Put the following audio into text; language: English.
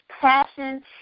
passion